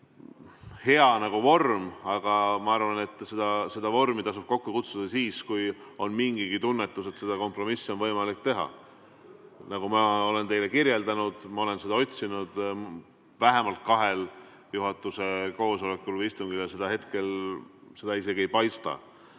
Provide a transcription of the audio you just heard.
hea vorm, aga ma arvan, et seda vormi tasub kokku kutsuda siis, kui on mingigi tunnetus, et kompromissi on võimalik leida. Nagu ma olen teile kirjeldanud, ma olen seda otsinud vähemalt kahel juhatuse koosolekul või istungil, kuid hetkel seda isegi ei paista.